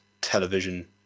television